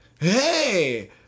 hey